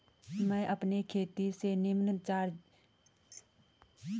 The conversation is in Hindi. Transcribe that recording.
मैं अपने खाते से निम्न चार्जिज़ कटौती के बारे में जानना चाहता हूँ?